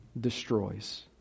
destroys